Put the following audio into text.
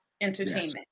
Entertainment